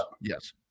Yes